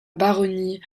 baronnie